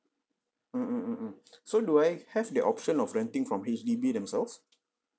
mm mm mm mm so do I have the option of renting from H_D_B themselves